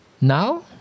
Now